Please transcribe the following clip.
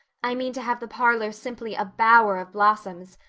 i mean to have the parlor simply a bower of blossoms.